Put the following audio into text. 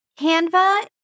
Canva